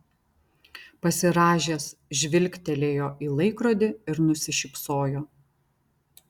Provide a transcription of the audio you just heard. pasirąžęs žvilgtelėjo į laikrodį ir nusišypsojo